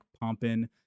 pumping